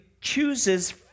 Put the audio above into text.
chooses